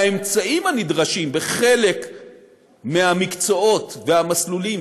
והאמצעים הנדרשים בחלק מהמקצועות והמסלולים